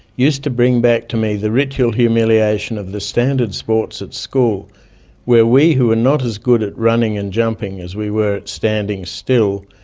used to bring back to me the ritual humiliation of the standard sports at school where we who were not as good at running and jumping as we were at standing still,